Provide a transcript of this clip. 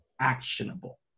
actionable